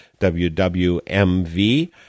WWMV